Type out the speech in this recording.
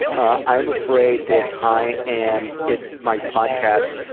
i'm afraid that i am, if my podcast